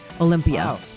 Olympia